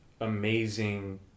amazing